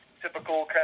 typical